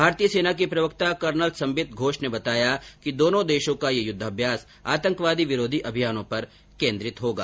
भारतीय सेना के प्रवक्ता कर्नल संबित घोष ने बताया कि दोनों देशों को यह युद्धाभ्यास आतंकवादी विरोधी अभियानों पर केन्द्रित होगा